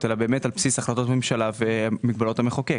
אלא על בסיס החלטות הממשלה והגבלות המחוקק.